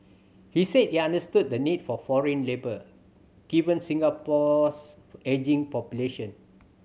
he said he understood the need for foreign labour given Singapore's ageing population